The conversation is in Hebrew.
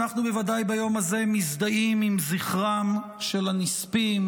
אנחנו בוודאי ביום הזה מזדהים עם זכרם של הנספים,